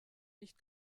nicht